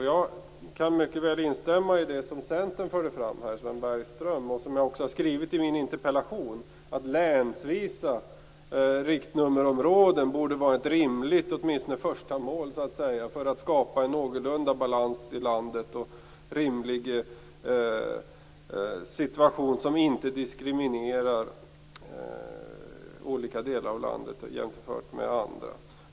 Jag kan mycket väl instämma i det som Centerns Sven Bergström förde fram här - och jag har också skrivit det i min interpellation - nämligen att länsvisa riktnummerområden borde vara ett rimligt åtminstone första mål för att skapa en någorlunda balans i landet och en rimlig situation som inte diskriminerar vissa delar av landet jämfört med andra.